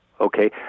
Okay